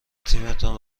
تیمتان